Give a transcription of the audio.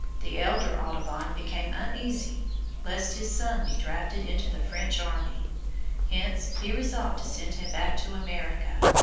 the elder audubon became uneasy lest his son be drafted into the french army hence he resolved to send him back to america.